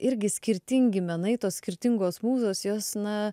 irgi skirtingi menai tos skirtingos mūzos jos na